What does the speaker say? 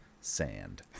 sand